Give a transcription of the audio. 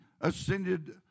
ascended